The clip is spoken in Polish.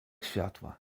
światła